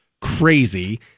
crazy